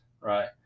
right